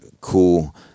cool